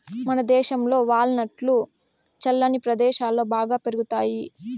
మనదేశంలో వాల్ నట్లు చల్లని ప్రదేశాలలో బాగా పెరుగుతాయి